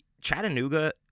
Chattanooga